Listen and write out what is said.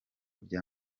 bya